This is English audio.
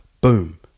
boom